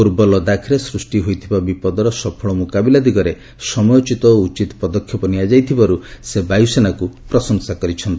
ପୂର୍ବ ଲଦାଖରେ ସୃଷ୍ଟି ହୋଇଥିବା ବିପଦର ସଫଳ ମୁକାବିଲା ଦିଗରେ ସମୟୋଚିତ ଓ ଉଚିତ୍ ପଦକ୍ଷେପ ନିଆଯାଇଥିବାରୁ ସେ ବାୟୁସେନାକୁ ପ୍ରଶଂସା କରିଛନ୍ତି